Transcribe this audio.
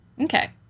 Okay